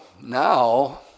now